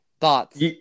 Thoughts